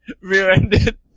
rear-ended